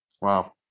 wow